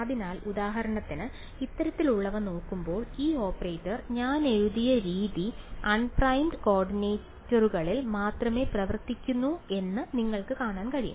അതിനാൽ ഉദാഹരണത്തിന് ഇത്തരത്തിലുള്ളവ നോക്കുമ്പോൾ ഈ ഓപ്പറേറ്റർ ഞാൻ എഴുതിയ രീതി അൺപ്രൈംഡ് കോർഡിനേറ്റുകളിൽ മാത്രമേ പ്രവർത്തിക്കൂ എന്ന് നിങ്ങൾക്ക് കാണാൻ കഴിയും